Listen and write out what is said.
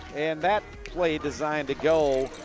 and that play designed to go,